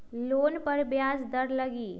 Loan पर ब्याज दर लगी?